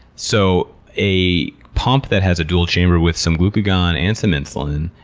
so a pump that has a dual chamber with some glucagon, and some insulin,